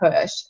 push